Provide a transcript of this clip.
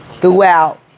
throughout